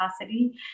capacity